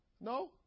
No